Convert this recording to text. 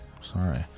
sorry